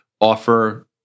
offer